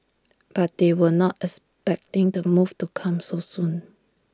but they were not expecting the move to come so soon